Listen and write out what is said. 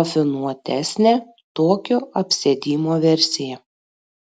rafinuotesnė tokio apsėdimo versija